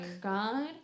God